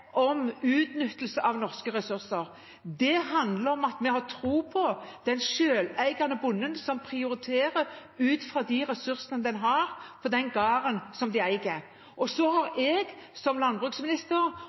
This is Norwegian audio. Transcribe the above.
om utnyttelse av norske ressurser. Det handler om at vi har tro på den selveiende bonden som prioriterer ut fra de ressursene han har, på den gården han eier. Så har jeg som landbruksminister og